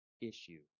issue